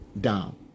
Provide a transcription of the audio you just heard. down